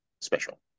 special